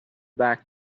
back